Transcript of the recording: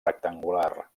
rectangular